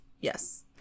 yes